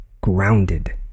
grounded